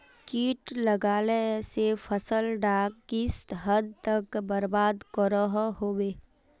किट लगाले से फसल डाक किस हद तक बर्बाद करो होबे?